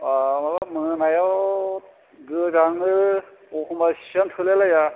औ मोनायाव गोजाङो एखनबा सियानो थोलाइलाया